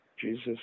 Jesus